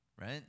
right